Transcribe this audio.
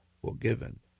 forgiven